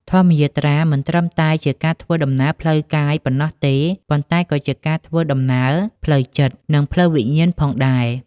ធម្មយាត្រាមិនត្រឹមតែជាការធ្វើដំណើរផ្លូវកាយប៉ុណ្ណោះទេ ប៉ុន្តែក៏ជាការធ្វើដំណើរផ្លូវចិត្ត និងផ្លូវវិញ្ញាណផងដែរ។